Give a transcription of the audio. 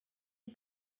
mir